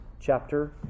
chapter